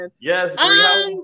yes